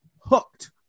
Hooked